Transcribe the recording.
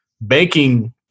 Banking